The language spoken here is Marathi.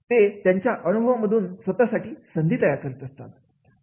ते त्यांच्या अनुभवांमधून स्वतःसाठी संधी तयार करीत असतात